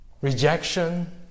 Rejection